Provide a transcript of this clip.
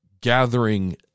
gathering